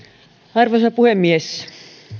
arvoisa puhemies